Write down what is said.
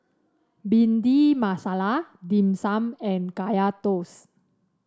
Bhindi Masala Dim Sum and Kaya Toast